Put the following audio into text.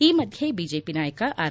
ಈ ಮಧ್ಯೆ ಬಿಜೆಪಿ ನಾಯಕ ಆರ್